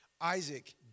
Isaac